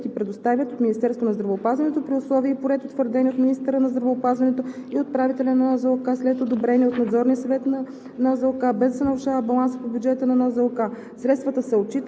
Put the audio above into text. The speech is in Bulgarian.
с увреждания извън обхвата на задължителното здравно осигуряване се определят и предоставят от Министерството на здравеопазването при условия и по ред, утвърдени от министъра на здравеопазването и от управителя на НЗОК, след одобрение от Надзорния съвет на